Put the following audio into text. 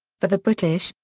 for the british,